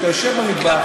כשאתה יושב במטבח,